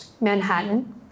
Manhattan